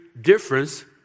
difference